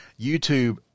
YouTube